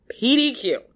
Pdq